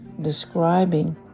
describing